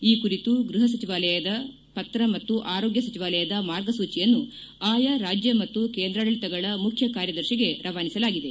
ಈ ಕುರಿತು ಗೃಹ ಸಚಿವಾಲಯದ ಪತ್ರ ಮತ್ತು ಆರೋಗ್ಯ ಸಚಿವಾಲಯದ ಮಾರ್ಗಸೂಚಿಯನ್ನು ಆಯಾ ರಾಜ್ಯ ಮತ್ತು ಕೇಂದ್ರಾಡಳಿತಗಳ ಮುಖ್ಯ ಕಾರ್ಯದರ್ಶಿಗೆ ರವಾನಿಸಲಾಗಿದೆ